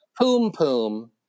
poom-poom